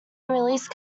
release